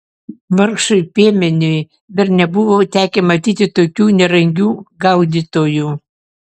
vargšui piemeniui dar nebuvo tekę matyti tokių nerangių gaudytojų